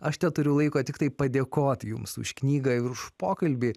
aš teturiu laiko tiktai padėkot jums už knygą ir už pokalbį